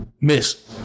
miss